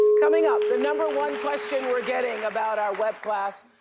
coming up, the number one question we're getting about our web class.